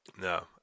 No